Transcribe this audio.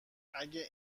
اگه